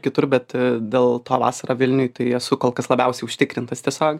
kitur bet dėl to vasarą vilniuj tai esu kol kas labiausiai užtikrintas tiesiog